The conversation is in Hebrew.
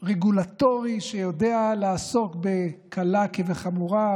רגולטורי שיודע לעסוק בקלה כבחמורה,